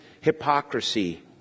hypocrisy